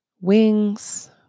Wings